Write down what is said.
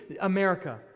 America